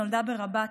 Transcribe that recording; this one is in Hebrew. שנולדה ברבאט,